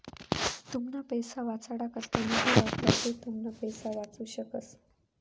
तुमना पैसा वाचाडा करता निधी वापरा ते तुमना पैसा वाचू शकस